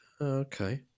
Okay